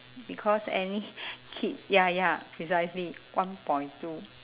because any kid ya ya precisely one point two